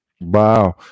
wow